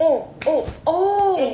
oh oh oh